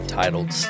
titled